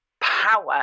power